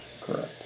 Correct